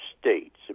States